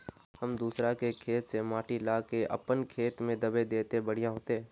हम दूसरा के खेत से माटी ला के अपन खेत में दबे ते बढ़िया होते?